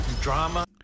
drama